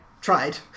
tried